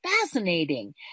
fascinating